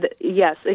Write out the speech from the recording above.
Yes